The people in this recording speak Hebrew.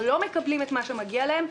לא מקבל את מה שמגיע לו,